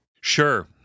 Sure